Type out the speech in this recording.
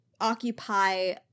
occupy